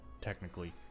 technically